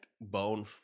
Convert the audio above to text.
bone